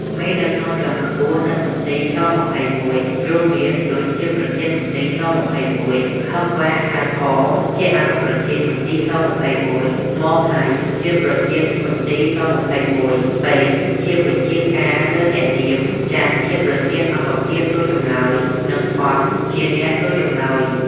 មេដឹកនាំជាន់ខ្ពស់នៅមន្ទីរ ស-២១ រួមមាន ឌុច ជាប្រធានមន្ទីរស-២១, ឃឹម វ៉ាក ហៅ ហ៊ ជាអនុប្រធានមន្ទីរ ស-២១, ម៉ម ណៃ ជាអនុប្រធានមន្ទីរស-២១, ប៉េង ជាបញ្ជាការលើអ្នកយាម, ចាន់ ជាប្រធានអង្គភាពសួរចម្លើយ និង ប៉ុន ជាអ្នកសួរចម្លើយ។